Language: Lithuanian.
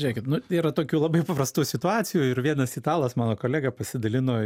žiūrėkit nu yra tokių labai paprastų situacijų ir vienas italas mano kolega pasidalino